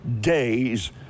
days